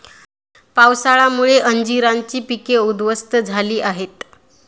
पावसामुळे अंजीराची पिके उध्वस्त झाली आहेत